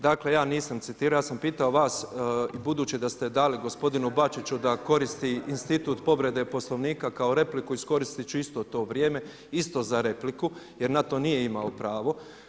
Dakle, ja nisam citirao, ja sam pitao vas i budući da ste dali gospodinu Bačiću da koristi institut povrede Poslovnika kao repliku iskoristit ću isto to vrijeme isto za repliku jer na to nije imao pravo.